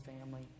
family